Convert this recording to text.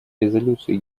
резолюции